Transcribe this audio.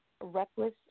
reckless